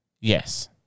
Yes